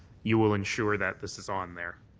you will ensure that this is on there.